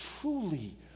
truly